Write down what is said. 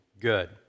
good